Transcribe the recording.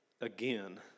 again